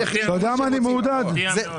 אתה יודע מה אני מעודד, אני מעודד.